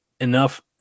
enough